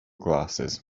glasses